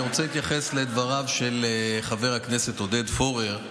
אני רוצה להתייחס לדבריו של חבר הכנסת עודד פורר,